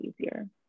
easier